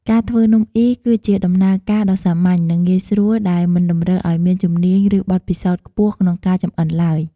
ការធ្វើនំអុីគឺជាដំណើរការដ៏សាមញ្ញ និងងាយស្រួល ដែលមិនតម្រូវឱ្យមានជំនាញ ឬបទពិសោធន៍ខ្ពស់ក្នុងការចម្អិនឡើយ។